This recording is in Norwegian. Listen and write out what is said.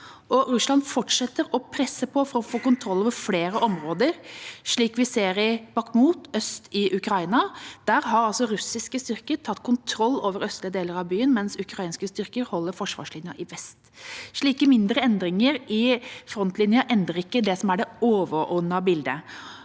Russland fortsetter å presse på for å få kontroll over flere områder, slik vi ser i Bakhmut, øst i Ukraina. Der har russiske styrker tatt kontroll over østlige deler av byen, mens ukrainske styrker holder forsvarslinjen i vest. Slike mindre endringer i frontlinjen endrer ikke det som er det overordnete bildet.